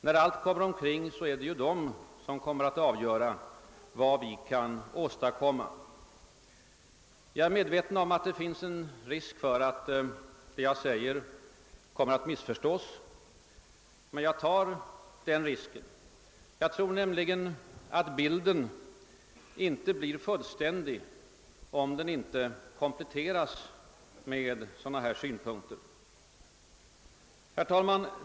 När allt kommer omkring är det de som kommer att avgöra vad vi kan åstadkomma. Jag är medveten om att det finns risk för att det jag säger kommer att missförstås, men jag tar den risken. Jag tror nämligen att bilden inte blir fullständig om den inte kompletteras med sådana här synpunkter. Herr talman!